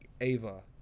Ava